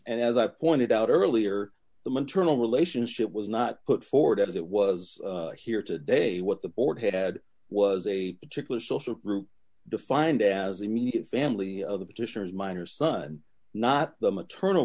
and as i pointed out earlier the maternal relationship was not put forward as it was here today what the board had was a particular social group defined as immediate family petitioners minor son not the maternal